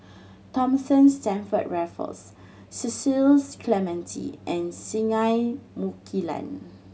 Thomas Stamford Raffles Cecil Clementi and Singai Mukilan